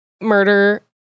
murder